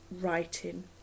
writing